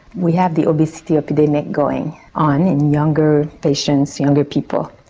we have the obesity epidemic going on in younger patients, younger people,